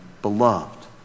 beloved